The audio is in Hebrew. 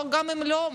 וגם אם לא,